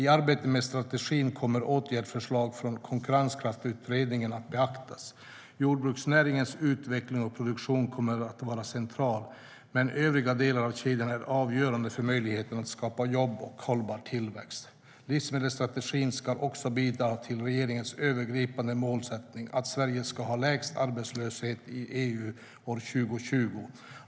I arbetet med strategin kommer åtgärdsförslag från Konkurrenskraftsutredningen att beaktas. Jordbruksnäringens utveckling och produktion kommer att vara central, men övriga delar av kedjan är avgörande för möjligheten att skapa jobb och hållbar tillväxt. Livsmedelsstrategin ska också bidra till regeringens övergripande målsättning att Sverige ska ha lägst arbetslöshet i EU år 2020.